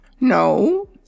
No